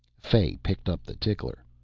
fay picked up the tickler.